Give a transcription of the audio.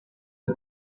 the